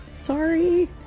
sorry